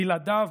בלעדיו,